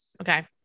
Okay